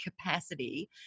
capacity